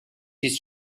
his